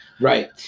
right